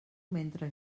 mentre